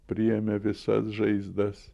priėmė visas žaizdas